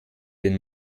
den